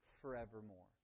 forevermore